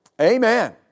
Amen